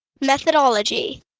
Methodology